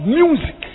music